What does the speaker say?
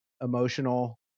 emotional